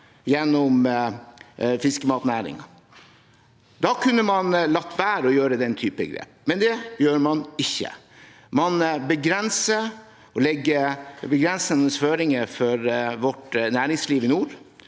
gjennom fiskematnæringen. Da kunne man latt være å gjøre den type grep, men det gjør man ikke. Man begrenser og legger begrensende føringer for vårt næringsliv i nord.